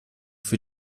für